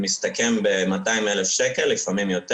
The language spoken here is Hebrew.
הסכום מסתכם ב-200,000 שקלים ולפעמים יותר